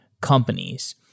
companies